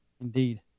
Indeed